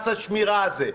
מס השמירה הזה.